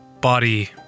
body